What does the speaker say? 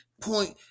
point